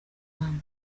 impamvu